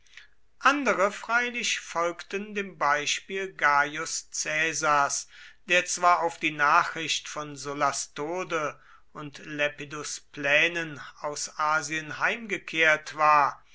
andere freilich folgten dem beispiele gaius caesars der zwar auf die nachricht von sullas tode und lepidus plänen aus asien heimgekehrt war